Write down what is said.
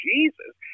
Jesus